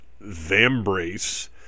Vambrace